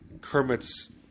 Kermit's